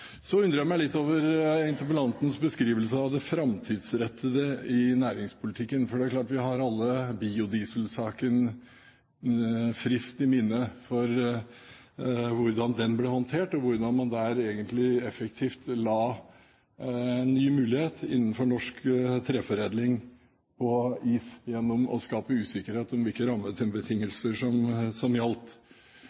Så undrer jeg meg litt over interpellantens beskrivelse av det framtidsrettede i næringspolitikken, for det er klart at vi har alle biodieselsaken friskt i minne – hvordan den ble håndtert, og hvordan man der egentlig effektivt la ny mulighet innenfor norsk treforedling på is, gjennom å skape usikkerhet om hvilke